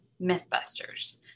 Mythbusters